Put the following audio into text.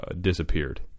Disappeared